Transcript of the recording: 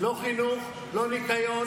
לא חינוך, לא ניקיון.